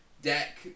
deck